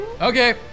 Okay